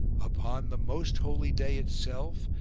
upon the most holy day itself,